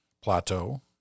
plateau